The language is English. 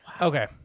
Okay